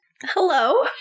Hello